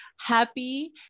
Happy